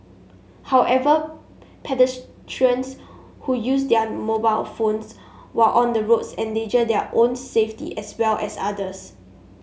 however pedestrians who use their mobile phones while on the roads endanger their own safety as well as others